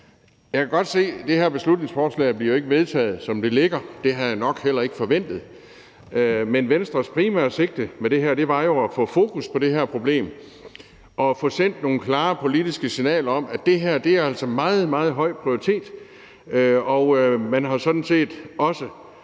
Jeg kan godt se, at det her beslutningsforslag jo ikke bliver vedtaget, som det foreligger, og det havde jeg nok heller ikke forventet. Men Venstres primære sigte med det her er jo at få sat fokus på det her problem og få sendt nogle klare politiske signaler om, at det her altså har en meget, meget høj prioritet, og at man sådan set også